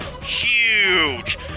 huge